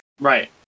right